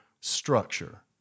structure